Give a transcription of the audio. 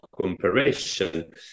comparison